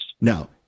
Now